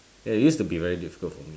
ya it used to be very difficult for me